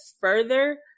further